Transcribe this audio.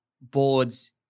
boards